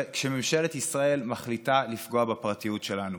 כשממשלת ישראל מחליטה לפגוע בפרטיות שלנו.